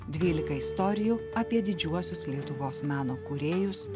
dvylika istorijų apie didžiuosius lietuvos meno kūrėjus